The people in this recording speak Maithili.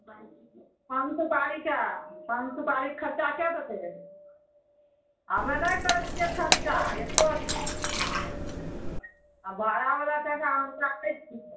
पान सुपारीके पान सुपारीके खर्चा कए देतय हम्मे नहि करय छियै खर्चा एक्को टाका नहि आओर भाड़ावला टाका हम राखय छी